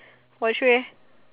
forty three eh